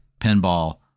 pinball